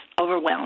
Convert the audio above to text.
overwhelmed